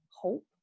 hope